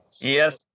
Yes